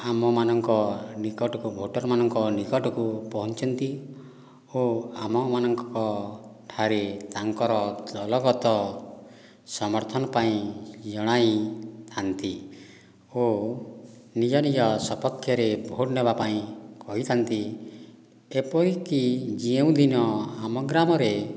ଆମମାନଙ୍କ ନିକଟକୁ ଭୋଟରମାନଙ୍କ ନିକଟକୁ ପହଞ୍ଚନ୍ତି ଓ ଆମମାନଙ୍କ ଠାରେ ତାଙ୍କର ଦଳଗତ ସମର୍ଥନ ପାଇଁ ଜଣାଇଥାନ୍ତି ଓ ନିଜ ନିଜ ସପକ୍ଷରେ ଭୋଟ୍ ନେବା ପାଇଁ କହିଥାନ୍ତି ଏପରିକି ଯେଉଁଦିନ ଆମ ଗ୍ରାମରେ